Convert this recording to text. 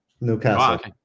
newcastle